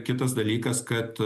kitas dalykas kad